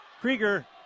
Krieger